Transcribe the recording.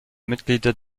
mitglieder